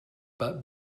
but